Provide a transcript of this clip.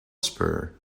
spur